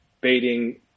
baiting